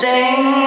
Sing